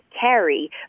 carry